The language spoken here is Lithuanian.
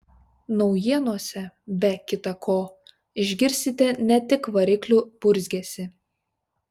naujienose be kita ko išgirsite ne tik variklių burzgesį